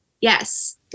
Yes